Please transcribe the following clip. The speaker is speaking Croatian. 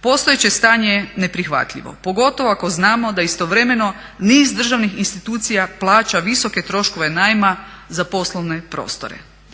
Postojeće stanje je neprihvatljivo, pogotovo ako znamo da istovremeno niz državnih institucija plaća visoke troškove najma za poslovne prostore.